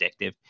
addictive